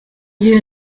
gihe